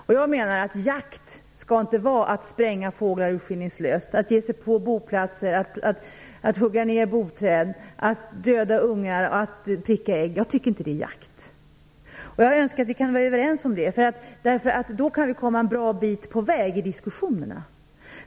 Jakt skall inte vara att urskillningslöst spränga fåglar, att ge sig på boplatser, att hugga ner boträd, att döda ungar och att pricka ägg. Jag tycker inte att det är jakt. Jag önskar att vi kan vara överens om det, därför att då kan vi komma en bra bit på väg i diskussionerna.